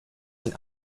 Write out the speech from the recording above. and